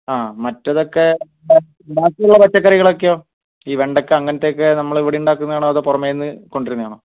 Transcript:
ആ മറ്റേതൊക്കെ ബാക്കിയുള്ള പച്ചക്കറികളൊക്കെയൊ ഈ വെണ്ടക്ക അങ്ങനത്തെയൊക്കെ നമ്മൾ ഇവിടെ ഉണ്ടാക്കുന്നതാണോ അതോ പുറമേ നിന്ന് കൊണ്ടുവരുന്നതാണോ